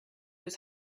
his